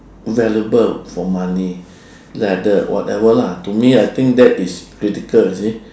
valuable for money like the whatever lah to me I think that is ridiculous you see